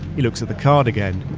he looks at the card again.